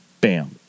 bam